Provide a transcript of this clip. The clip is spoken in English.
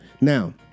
Now